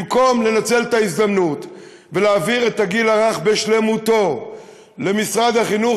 במקום לנצל את ההזדמנות ולהעביר את הגיל הרך בשלמותו למשרד החינוך,